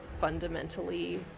fundamentally